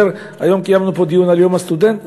היום קיימנו פה דיון על יום הסטודנט,